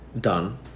done